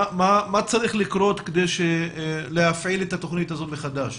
מה צריך לקרות כדי להפעיל את התוכנית הזו מחדש?